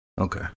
Okay